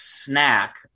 snack